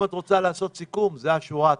אם את רוצה לעשות סיכום, זה השורה התחתונה.